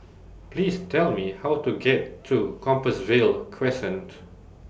Please Tell Me How to get to Compassvale Crescent